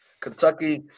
Kentucky